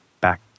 back